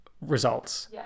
results